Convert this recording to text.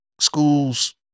schools